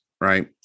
right